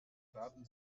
daten